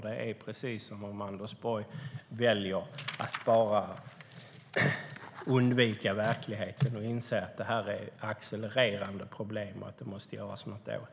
Det är precis som om Anders Borg väljer att undvika verkligheten i stället för att inse att det här är ett accelererande problem som det måste göras något åt.